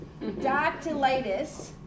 Dactylitis